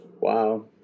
Wow